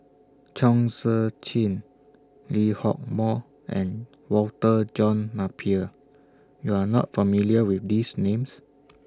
Chong Tze Chien Lee Hock Moh and Walter John Napier YOU Are not familiar with These Names